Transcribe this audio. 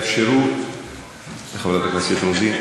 תאפשרו לחברת הכנסת רוזין.